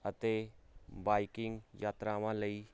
ਅਤੇ ਬਾਈਕਿੰਗ ਯਾਤਰਾਵਾਂ ਲਈ